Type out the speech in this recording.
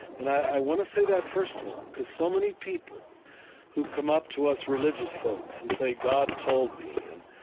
and i want to say that, first of all, because so many people who come up to us religious folks and say, god told me, and,